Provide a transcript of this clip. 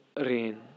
rain